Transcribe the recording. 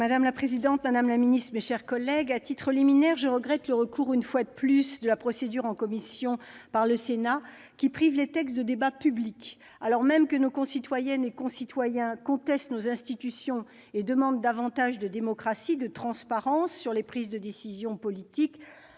Madame la présidente, madame la secrétaire d'État, mes chers collègues, à titre liminaire, je regrette le recours, une fois de plus, à la procédure en commission, qui prive les textes de débats publics. Alors même que nos concitoyennes et concitoyens contestent nos institutions et demandent davantage de démocratie, de transparence sur les prises de décisions politiques,